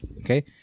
Okay